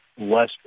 less